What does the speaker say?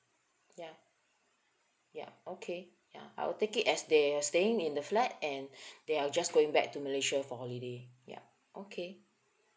ya ya okay ya I'll take it as they're staying in the flat and they are just going back to malaysia for holiday ya okay